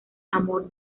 amor